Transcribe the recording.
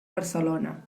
barcelona